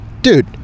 dude